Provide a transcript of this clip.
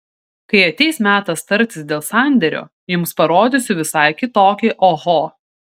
kai ateis metas tartis dėl sandėrio jums parodysiu visai kitokį oho